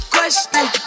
Question